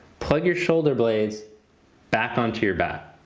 plug your shoulder blades back onto your back.